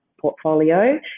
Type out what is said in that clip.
portfolio